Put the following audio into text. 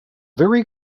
very